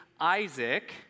Isaac